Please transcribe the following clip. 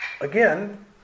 Again